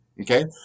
Okay